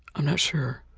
i'm not sure.